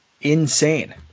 Insane